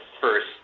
first